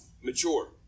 mature